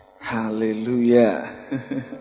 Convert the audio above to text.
Hallelujah